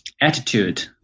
attitude